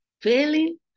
Failing